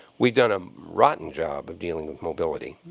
we've done a rotten job of dealing with mobility.